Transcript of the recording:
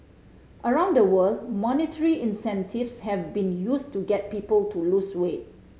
around the world monetary incentives have been used to get people to lose weight